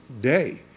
day